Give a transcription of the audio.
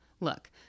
Look